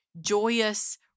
joyous